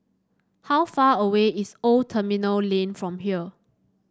how far away is Old Terminal Lane from here